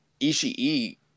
Ishii –